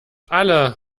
alle